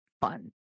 fun